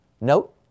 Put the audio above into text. Note